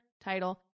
title